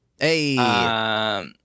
Hey